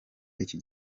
iki